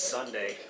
Sunday